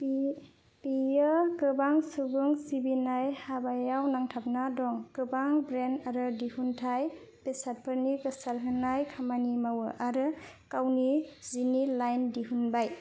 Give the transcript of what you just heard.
बियो गोबां सुबुं सिबिनाय हाबायाव नांथाबना दं गोबां ब्रेन्ड आरो दिहुनथाय बेसादफोरनि गोसारहोनाय खामानि मावो आरो गावनि जिनि लाइन दिहुनबाय